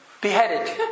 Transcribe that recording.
Beheaded